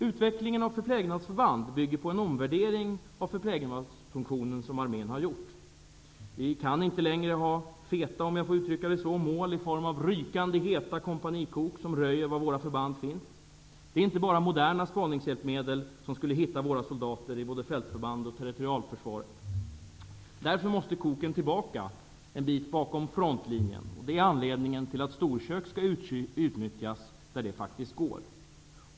Utvecklingen av förplägnadsförband bygger på en omvärdering av funktionen som Armén har gjort. Vi kan inte längre ha ''feta'' mål i form av rykande heta kompanikok som röjer var våra förband finns. Inte bara moderna spaningshjälpmedel skulle hitta våra soldater i både fältförband och territorialförsvaret. Därför måste koken tillbaka en bit bakom frontlinjen. Det är anledningen till att storkök skall utnyttjas där det går.